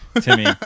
Timmy